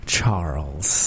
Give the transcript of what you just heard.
Charles